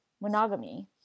monogamy